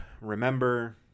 remember